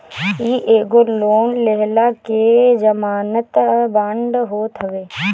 इ एगो लोन लेहला के जमानत बांड होत हवे